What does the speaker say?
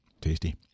Tasty